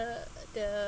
the the